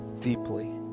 deeply